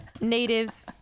native